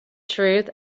truth